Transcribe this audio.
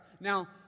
Now